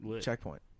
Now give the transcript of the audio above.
Checkpoint